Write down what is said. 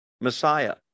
Messiah